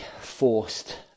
forced